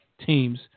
teams